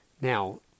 Now